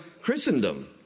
Christendom